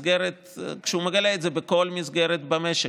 כשהוא מגלה את זה בכל מסגרת במשק,